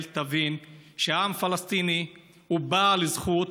יבינו שהעם הפלסטיני הוא בעל זכות,